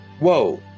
whoa